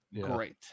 great